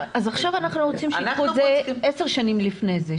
אז עכשיו אנחנו רוצים שיקחו את זה עשר שנים לפני זה,